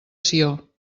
sió